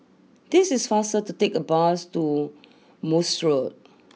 it is faster to take the bus to Morse Road